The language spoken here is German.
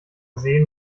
sehen